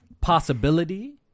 possibility